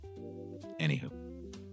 Anywho